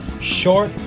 short